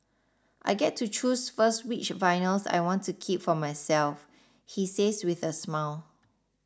I get to choose first which vinyls I want to keep for myself he says with a smile